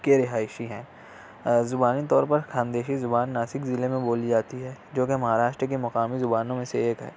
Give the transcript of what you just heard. کے رہائشی ہیں زبانی طور پر خاندیکھی زبان ناسک ضلع میں بولی جاتی ہے جوکہ مہاراشٹر کے مقامی زبانوں میں سے ایک ہے